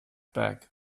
back